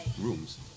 rooms